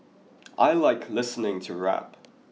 I like listening to rap